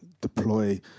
deploy